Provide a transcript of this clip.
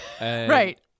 Right